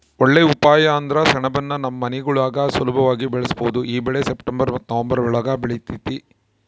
ಒಳ್ಳೇ ಉಪಾಯ ಅಂದ್ರ ಸೆಣಬುನ್ನ ನಮ್ ಮನೆಗುಳಾಗ ಸುಲುಭವಾಗಿ ಬೆಳುಸ್ಬೋದು ಈ ಬೆಳೆ ಸೆಪ್ಟೆಂಬರ್ ಮತ್ತೆ ನವಂಬರ್ ಒಳುಗ ಬೆಳಿತತೆ